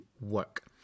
work